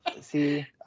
See